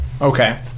Okay